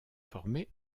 formée